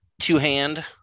two-hand